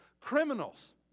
criminals